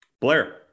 Blair